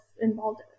involved